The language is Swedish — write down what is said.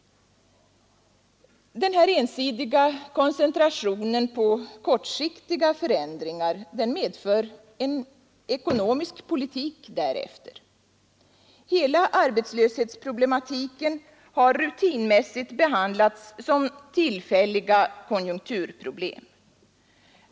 Den ensidiga koncentrationen på kortsiktiga förändringar medför en ekonomisk politik därefter. Hela arbetslöshetsproblematiken har rutinmässigt behandlats som tillfälliga konjunkturproblem.